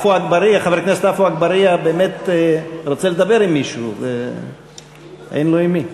חבר הכנסת עפו אגבאריה באמת רוצה לדבר עם מישהו ואין לו עם מי.